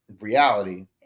reality